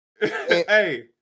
Hey